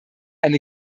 eine